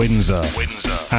Windsor